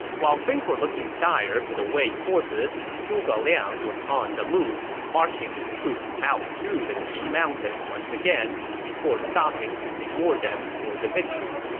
while things were looking dire for the wei forces, zhuge liang was on the move, marching his troops out through the qi mountain again before stopping to reward them for the victory.